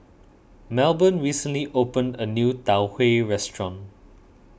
Melbourne recently opened a new Tau Huay restaurant